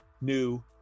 new